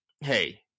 hey